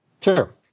sure